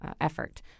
effort